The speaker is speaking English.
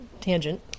tangent